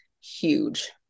huge